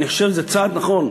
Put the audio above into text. אני חושב שזה צעד נכון,